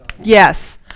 Yes